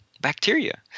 Bacteria